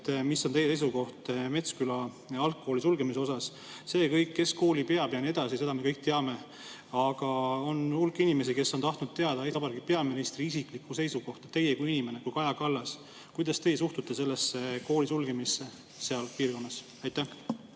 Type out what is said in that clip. mis on teie seisukoht Metsküla algkooli sulgemise kohta. Seda, kes kooli peab ja nii edasi, me kõik teame. Aga hulk inimesi on tahtnud teada Eesti Vabariigi peaministri isiklikku seisukohta. Teie kui inimene, kui Kaja Kallas, kuidas teie suhtute selle kooli sulgemisse seal piirkonnas? Aitäh,